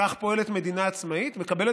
כך פועלת מדינה עצמאית,